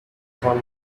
some